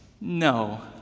No